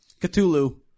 Cthulhu